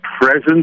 presence